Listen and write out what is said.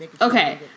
Okay